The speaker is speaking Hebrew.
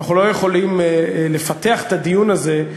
אנחנו לא יכולים לפתח את הדיון הזה,